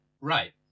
right